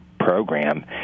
program